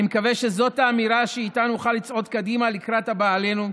אני מקווה שזאת האמירה שאיתה נוכל לצעוד קדימה לקראת הבא עלינו,